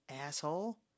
asshole